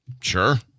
Sure